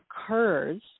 occurs